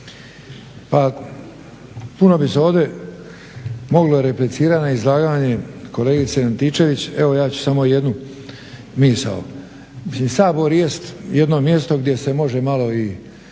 Pa puno bi se ovdje moglo replicirati na izlaganje kolegice Antičević evo ja ću samo jednu misao. Sabor jest jedno mjesto gdje se može i